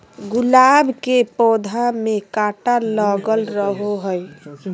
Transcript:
गुलाब के पौधा में काटा लगल रहो हय